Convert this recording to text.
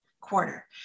quarter